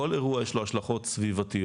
לכל אירוע יש השלכות סביבתיות.